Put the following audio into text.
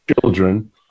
children